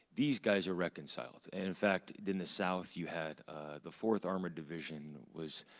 these guys are reconciled, and in fact, in the south, you had the fourth armored division was